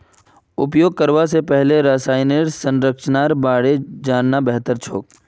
उपयोग करवा स पहले रसायनेर संरचनार बारे पढ़ना बेहतर छोक